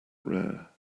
rare